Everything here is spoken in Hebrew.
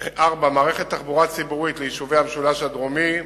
4. מערכת תחבורה ציבורית ליישובי המשולש הדרומי,